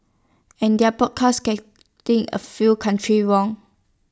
and their broadcast getting A few countries wrong